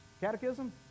catechism